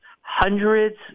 hundreds